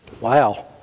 Wow